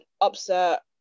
upset